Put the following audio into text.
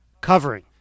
covering